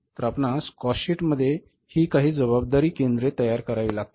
तर आपणास cost sheet मध्ये हि काही जबाबदारी केंद्र तयार करावे लागतील